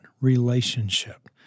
relationship